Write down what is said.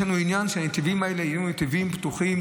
יש לנו עניין שהנתיבים האלה יהיו נתיבים פתוחים